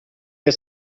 der